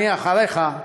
אני אחריך,